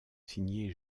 signés